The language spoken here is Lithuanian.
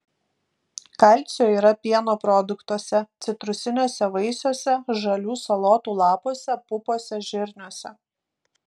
kalcio yra pieno produktuose citrusiniuose vaisiuose žalių salotų lapuose pupose žirniuose